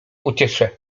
uciecze